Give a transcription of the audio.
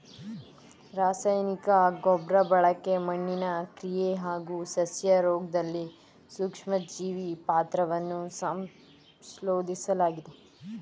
ರಾಸಾಯನಿಕ ಗೊಬ್ರಬಳಕೆ ಮಣ್ಣಿನ ಕ್ರಿಯೆ ಹಾಗೂ ಸಸ್ಯರೋಗ್ದಲ್ಲಿ ಸೂಕ್ಷ್ಮಜೀವಿ ಪಾತ್ರವನ್ನ ಸಂಶೋದಿಸ್ಲಾಗಿದೆ